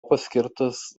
paskirtas